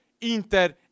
Inter